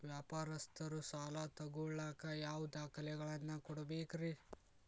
ವ್ಯಾಪಾರಸ್ಥರು ಸಾಲ ತಗೋಳಾಕ್ ಯಾವ ದಾಖಲೆಗಳನ್ನ ಕೊಡಬೇಕ್ರಿ?